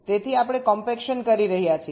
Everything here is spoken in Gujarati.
તેથી આપણે કોમ્પેક્શન કરી રહ્યા છીએ